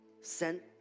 sent